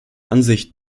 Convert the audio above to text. ansicht